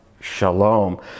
Shalom